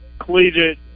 collegiate